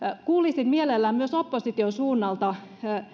kuulisin mielelläni myös opposition suunnalta